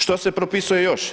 Što se propisuje još?